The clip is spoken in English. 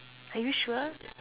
are you sure